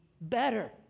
better